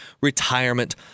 retirement